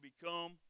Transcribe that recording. become